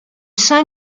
sein